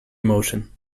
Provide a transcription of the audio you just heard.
emotion